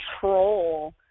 control